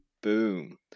boom